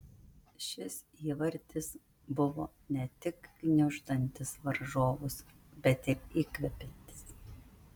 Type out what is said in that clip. šis įvartis buvo ne tik gniuždantis varžovus bet ir įkvepiantis